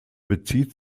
bezieht